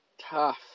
tough